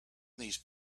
these